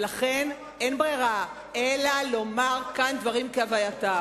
ולכן אין ברירה אלא לומר כאן דברים כהווייתם.